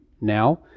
now